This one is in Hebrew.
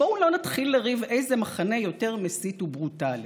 בואו לא נתחיל לריב איזה מחנה יותר מסית וברוטלי.